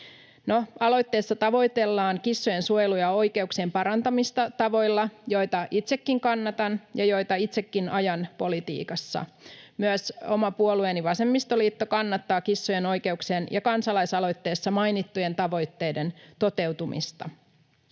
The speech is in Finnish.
Aloitteessa tavoitellaan kissojen suojelua ja oikeuksien parantamista tavoilla, joita itsekin kannatan ja joita itsekin ajan politiikassa. Myös oma puolueeni vasemmistoliitto kannattaa kissojen oikeuksien ja kansalaisaloitteessa mainittujen tavoitteiden toteutumista.